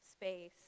space